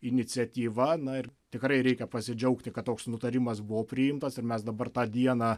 iniciatyva na ir tikrai reikia pasidžiaugti kad toks nutarimas buvo priimtas ir mes dabar tą dieną